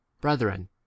brethren